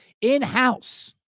in-house